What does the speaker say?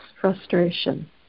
frustration